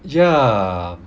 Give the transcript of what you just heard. ya